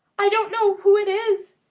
i don't know who it is,